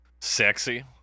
sexy